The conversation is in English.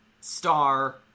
star